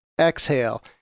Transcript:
exhale